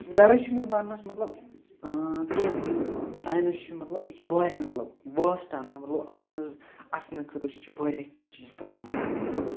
غرض چھُ مےٚ ونٛنس مطلب کیٚنٛہہ مطلب ساینس چھُ مطلب یہِ چھُ وارِیاہ مطلب واسٹ مطلب اتھ منٛز اَژنہٕ خٲطرٕ چھُ وارِیاہ کیٚنٛہہ چیٖز پٮ۪وان کَرٕنۍ مطلب